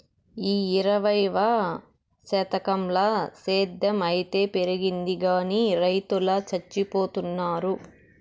ఈ ఇరవైవ శతకంల సేద్ధం అయితే పెరిగింది గానీ రైతులు చచ్చిపోతున్నారు